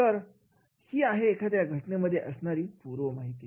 तर ही आहे एखाद्या घटनेसाठी असणारी पूर्वमाहिती